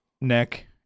neck